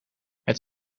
het